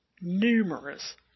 numerous